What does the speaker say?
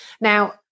Now